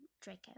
Draco